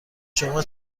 شما